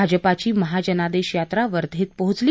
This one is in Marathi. भाजपाची महाजनादेश यात्रा वध्यात पोहचली